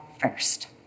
first